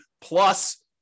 plus